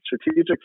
strategic